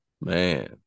Man